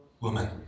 woman